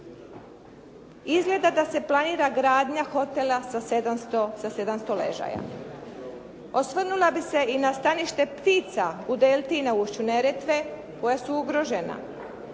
Izgleda da se planira gradnja hotela sa 700 ležaja. Osvrnula bih se i na stanište ptica u Delti i na ušću Neretve koja su ugrožena.